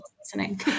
listening